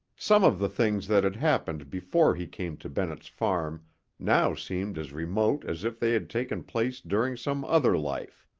some of the things that had happened before he came to bennett's farm now seemed as remote as if they had taken place during some other life.